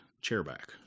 chairback